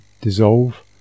dissolve